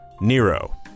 Nero